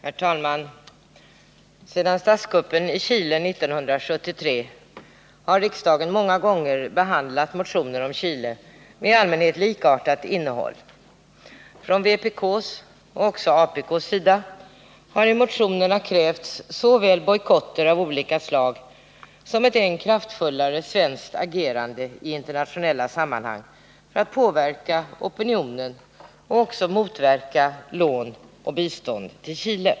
Herr talman! Sedan statskuppen i Chile 1973 har riksdagen många gånger och apk:s sida har i motionerna krävts såväl bojkotter av olika slag som ett än kraftfullare svenskt agerande i internationella sammanhang för att påverka opinionen och motverka lån och bistånd till Chile.